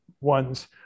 ones